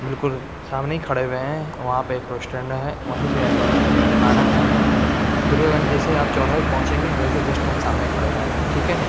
بالکل سامنے ہی کھڑے ہوئے ہیں وہاں پہ ایک ریسٹورینٹ ہے وہیں پہ مطلب کہ آنا ہے درگا گنج جیسے ہی آپ چوراہے پہ پہنچیں گے ویسے جسٹ ہم سامنے کھڑے ہوئے ہیں ٹھیک ہے